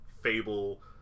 Fable